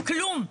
כלום.